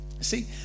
see